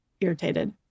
irritated